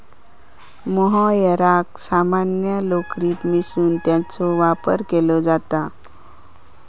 मोहायराक सामान्य लोकरीत मिसळून त्याचो वापर केलो जाता